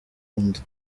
undi